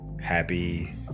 happy